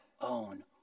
own